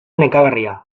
nekagarria